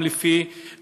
גם לפי